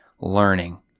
learning